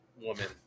woman